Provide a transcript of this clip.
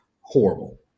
horrible